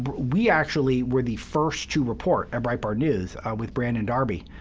but we actually were the first to report at breitbart news with brandon darby,